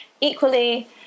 equally